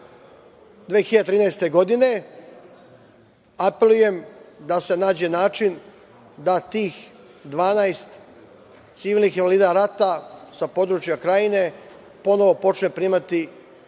2013. godine. Apelujem da se nađe način da tih 12 civilnih invalida rata sa područja Krajine ponovo počne primati ličnu